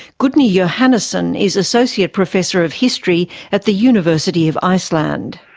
gudni johannesson is associate professor of history at the university of iceland.